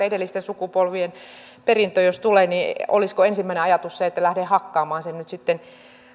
edellisten sukupolvien perintö tulee niin olisiko ensimmäinen ajatus se että lähden hakkaamaan sen nyt sitten